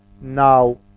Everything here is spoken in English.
now